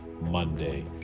Monday